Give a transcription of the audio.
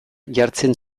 jartzen